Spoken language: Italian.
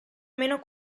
meno